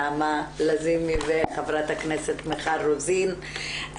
נעמה לזימי וח"כ מיכל רוזין,